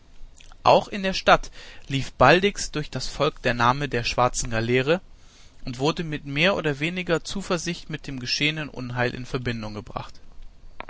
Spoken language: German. auch in der stadt lief baldigst durch das volk der name der schwarzen galeere und wurde mit mehr oder weniger zuversicht mit dem geschehenen unheil in verbindung gebracht